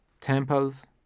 temples